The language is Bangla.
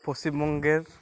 পশ্চিমবঙ্গের